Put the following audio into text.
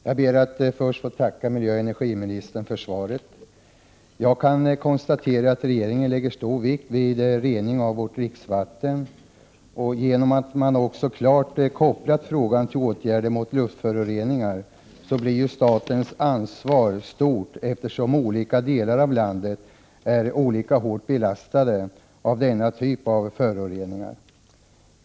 Fru talman! Jag ber först att få tacka miljöoch energiministern för svaret. Jag kan konstatera att regeringen lägger stor vikt vid rening av vårt dricksvatten. Genom att regeringen klart kopplat frågan till åtgärder mot luftföroreningar blir statens ansvar stort, eftersom olika delar av landet är olika hårt belastade av denna typ av föroreningar.